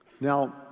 Now